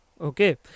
okay